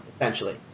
essentially